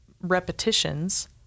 repetitions